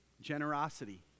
Generosity